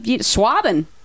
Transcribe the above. swabbing